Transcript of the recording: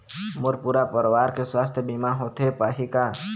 मोर पूरा परवार के सुवास्थ बीमा होथे पाही का?